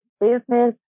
business